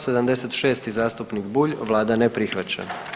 76., zastupnik Bulj, Vlada ne prihvaća.